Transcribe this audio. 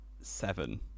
seven